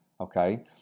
okay